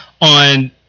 on